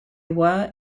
were